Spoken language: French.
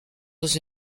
dans